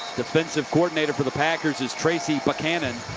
defensive coordinator for the packers is tracy buchanan.